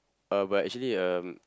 uh but actually um